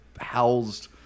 housed